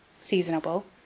Seasonable